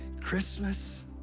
Christmas